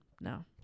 No